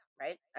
right